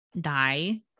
die